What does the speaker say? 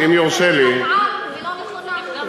התשובה מטעה, היא לא נכונה.